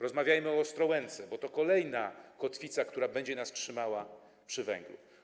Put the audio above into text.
Rozmawiajmy o Ostrołęce, bo to kolejna kotwica, która będzie nas trzymała przy węglu.